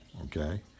okay